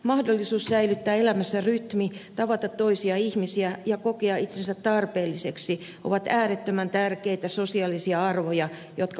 mahdollisuus säilyttää elämässä rytmi tavata toisia ihmisiä ja kokea itsensä tarpeelliseksi ovat äärettömän tärkeitä sosiaalisia arvoja jotka unohtuvat tilastoista